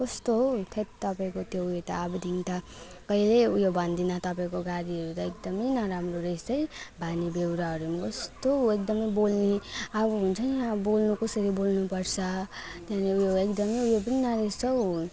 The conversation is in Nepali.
कस्तो हौ थेत् तपाईँको त उयो त अबदेखि त कहिले उयो भन्दिनँ तपाईँको गाडीहरू त एकदम न राम्रो रहेछ है बानी बेहोराहरू पनि कस्तो एकदम बोल्ने अब हुन्छ पनि अब बोल्ने कसरी बोल्नु पर्छ त्यहाँनेरि उयो एकदम उयो पनि न रहेछ हौ